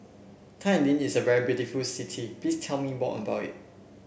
Tallinn is a very beautiful city please tell me more about it